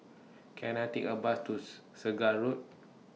Can I Take A Bus to Segar Road